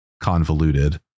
convoluted